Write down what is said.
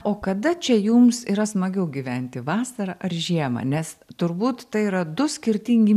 o kada čia jums yra smagiau gyventi vasarą ar žiemą nes turbūt tai yra du skirtingi